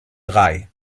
drei